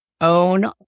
Own